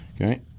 Okay